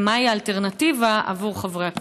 ומהי האלטרנטיבה עבור חברי הקבוצה?